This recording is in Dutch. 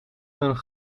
een